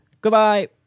Goodbye